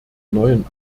neuen